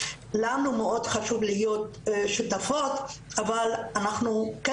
לנו מאוד חשוב להיות שותפות אבל אנחנו כן